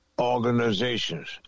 organizations